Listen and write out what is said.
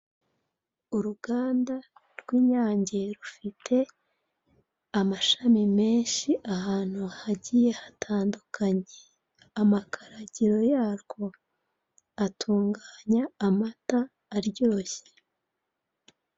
Uruganda rw'inyange rufite amashami menshi ahantu hagiye hatandukanye. Amakaragiro yarwo atunganya amata aryoshye.